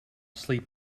sleep